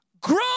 grow